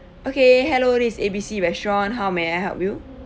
okay hello this is A B C restaurant how may I help you